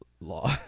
law